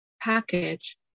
package